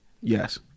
Yes